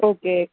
okay